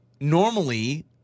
normally